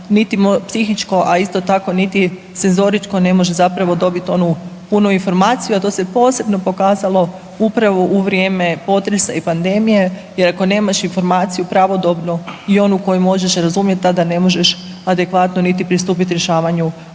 niti psihičko, a isto tako ni senzoričko, ne može zapravo dobiti onu punu informaciju, a to se posebno pokazalo upravo u vrijeme potresa i pandemije jer ako nemaš informaciju pravodobnu i oni koju možeš razumjeti, tada ne možeš adekvatno niti pristupiti rješavanju, odnosno